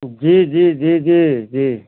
जी जी जी जी जी